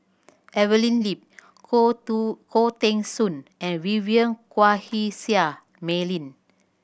Evelyn Lip Khoo To Khoo Teng Soon and Vivien Quahe Seah Mei Lin